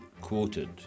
quoted